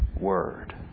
word